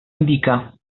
indica